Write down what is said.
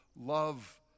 love